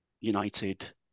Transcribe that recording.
United